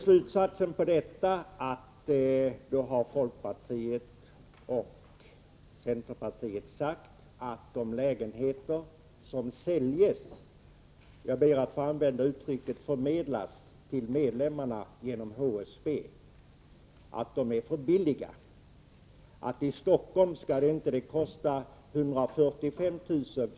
Slutsatsen av detta är att folkpartiet och centerpartiet anser att de lägenheter som ”säljs” — jag ber att få använda ordet ”förmedlas” — till medlemmarna genom HSB är för billiga. I Stockholm skall det inte kosta 145 000 kr.